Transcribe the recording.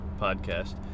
podcast